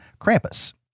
Krampus